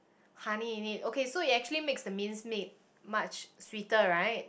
honey in it okay so it actually makes the mince meat much sweeter right